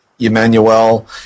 Emmanuel